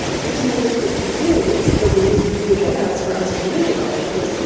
use nativescript to vue. you'll be using a vue js. for us vue developers,